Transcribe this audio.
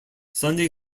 sunday